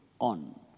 on